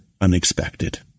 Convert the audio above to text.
unexpected